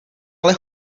ale